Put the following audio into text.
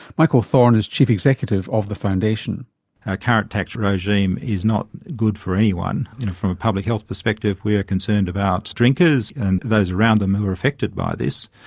michael thorn is chief executive of the foundation. our current tax regime is not good for anyone from a public health perspective we are concerned about drinkers and those around them who are affected by this,